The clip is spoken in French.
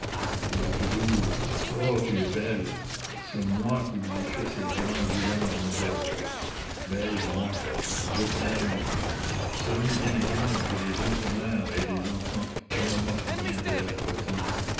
elle l'a toujours oh tu es belle c'est moi qui vous ai fait ces grands yeux-là mademoiselle baise moi je t'aime cela m'est bien égal que les autres mères aient des enfants je me moque bien d'elles à présent